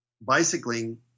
bicycling